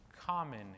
common